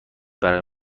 برای